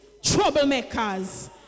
troublemakers